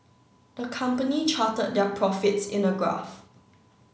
the company charted their profits in a graph